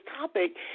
topic